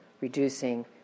reducing